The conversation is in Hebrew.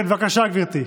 כן, בבקשה, גברתי.